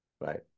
right